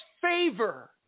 favor